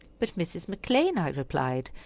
but mrs. mcclean, i replied,